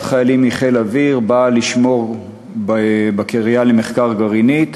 חיילים מחיל האוויר באה לשמור בקריה למחקר גרעיני,